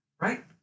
right